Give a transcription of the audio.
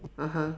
(uh huh)